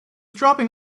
dropping